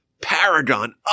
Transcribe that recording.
paragon